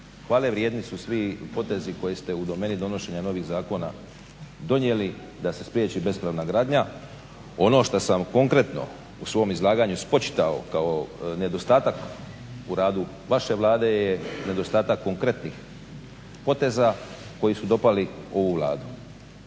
hvale vrijedni su svi potezi koje ste u domeni donošenja novih zakona donijeli da se spriječi bespravna gradnja. Ono što sam konkretno u svom izlaganju spočitao kao nedostatak u radu vaše Vlade je nedostatak konkretnih poteza koji su dopali ovu Vladu.